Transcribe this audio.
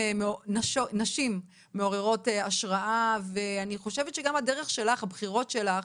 נשים מעוררות השארה ואני חושבת שגם הדרך שלך והבחירות שלך